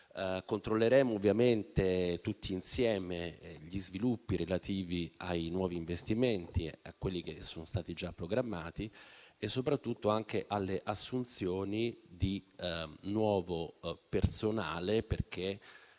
Controlleremo tutti insieme gli sviluppi relativi ai nuovi investimenti, a quelli che sono stati già programmati e soprattutto alle assunzioni di nuovo personale, perché